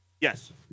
Yes